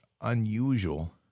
unusual